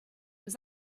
was